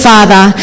Father